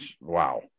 Wow